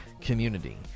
community